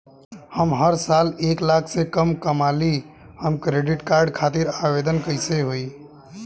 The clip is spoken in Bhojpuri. हम हर साल एक लाख से कम कमाली हम क्रेडिट कार्ड खातिर आवेदन कैसे होइ?